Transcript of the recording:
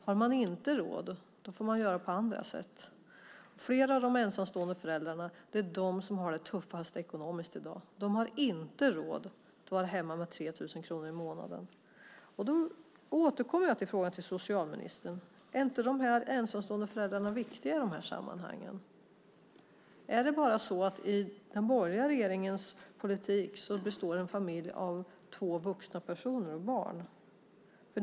Har man inte råd får man göra på andra sätt. De är de ensamstående föräldrarna som har det tuffast ekonomiskt i dag. De har inte råd att vara hemma med 3 000 kronor i månaden. Jag återkommer till frågan till socialministern: Är inte de här ensamstående föräldrarna viktiga i de här sammanhangen? Är det så att i den borgerliga regeringens politik består en familj av två vuxna personer med barn?